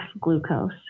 glucose